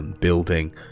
building